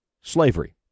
slavery